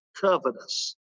covetous